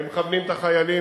ומכוונים את החיילים,